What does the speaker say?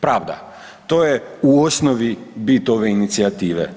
Pravda to je u osnovi bit ove inicijative.